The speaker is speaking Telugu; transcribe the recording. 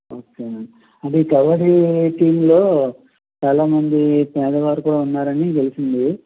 ఓకే అంటే ఈ కబడ్డీ టీమ్లో చాలా మంది పేదవారు కూడా ఉన్నారని తెలిసింది